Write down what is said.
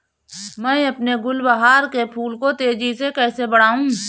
मैं अपने गुलवहार के फूल को तेजी से कैसे बढाऊं?